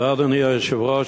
אדוני היושב-ראש,